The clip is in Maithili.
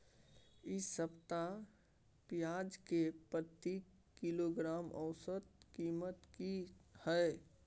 इ सप्ताह पियाज के प्रति किलोग्राम औसत कीमत की हय?